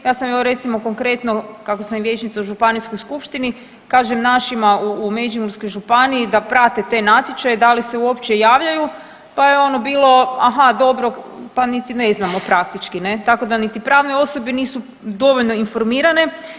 Ja sam evo, recimo, konkretno, kako sam vijećnica u županijskoj skupštini, kažem našima u Međimurskoj županiji da prate te natječaje da li se uopće javljaju pa je ono bilo aha dobro, pa niti ne znamo praktički, ne, tako da niti pravne osobe nisu dovoljno informirane.